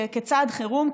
כצעד חירום,